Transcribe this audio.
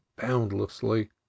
boundlessly